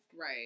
right